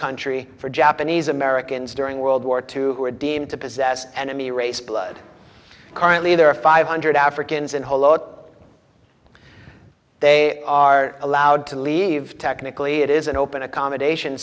country for japanese americans during world war two who are deemed to possess and in the race blood currently there are five hundred africans in holo they are allowed to leave technically it is an open accommodation